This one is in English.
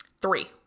Three